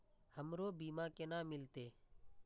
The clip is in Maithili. हमरो बीमा केना मिलते?